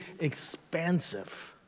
expansive